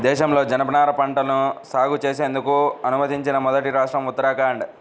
దేశంలో జనపనార పంటను సాగు చేసేందుకు అనుమతించిన మొదటి రాష్ట్రం ఉత్తరాఖండ్